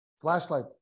flashlight